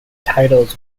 titles